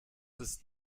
ist